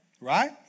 Right